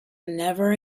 never